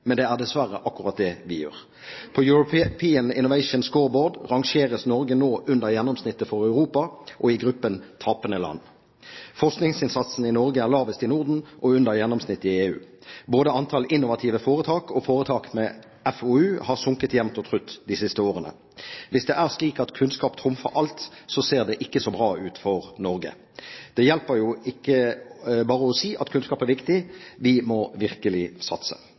Men det er dessverre akkurat det vi gjør. På European Innovation Scoreboard rangeres Norge nå under gjennomsnittet for Europa og i gruppen «tapende land». Forskningsinnsatsen i Norge er lavest i Norden og under gjennomsnittet i EU. Både antall innovative foretak og foretak med FoU har sunket jevnt og trutt de siste årene. Hvis det er slik at «kunnskap trumfer alt», ser det ikke så bra ut for Norge. Det hjelper jo ikke bare å si at kunnskap er viktig, vi må virkelig satse.